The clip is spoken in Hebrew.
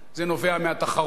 זה נובע מהתחרות,